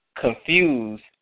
confused